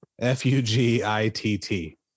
F-U-G-I-T-T